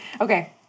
Okay